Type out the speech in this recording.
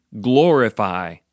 glorify